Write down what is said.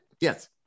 Yes